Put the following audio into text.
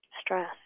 stress